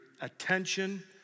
attention